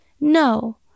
No